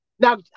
Now